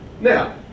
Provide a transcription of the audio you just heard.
Now